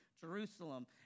Jerusalem